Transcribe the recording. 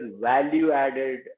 value-added